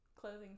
clothing